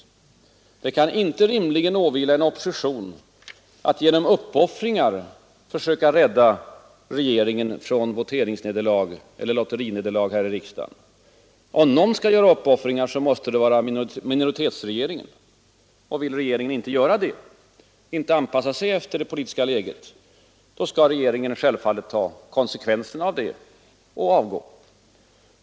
Det kan inte rimligen åvila en opposition att genom uppoffringar försöka rädda regeringen från voteringseller lotterinederlag i riksdagen. Om någon skall göra uppoffringar måste det vara minoritetsregeringen. Och vill regeringen inte göra det, inte anpassa sig efter det politiska läget, då bör regeringen självfallet dra konsekvenserna av det och avgå.